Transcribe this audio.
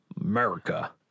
America